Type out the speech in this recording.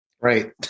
Right